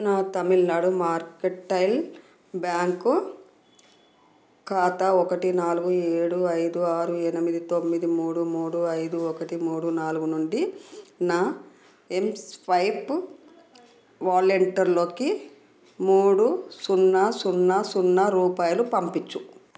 నా Tamil Nadu mercantile bank ఖాతా ఒకటి నాలుగు ఏడు ఐదు ఆరు ఎనిమిది తొమ్మిది మూడు మూడు ఐదు ఒకటి మూడు నాలుగు నుండి నా ఎంస్వైప్ వాలెట్లోకి మూడు సున్నా సున్నా సున్నా రూపాయలు పంపించు